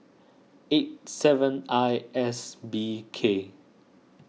eight seven I S B K